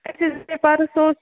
اَسہِ حظ اَنے پَرُس سُہ اوس